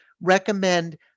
recommend